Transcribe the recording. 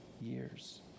years